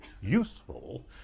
useful